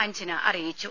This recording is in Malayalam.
അജ്ഞന അറിയിച്ചു